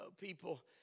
people